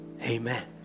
Amen